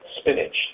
spinach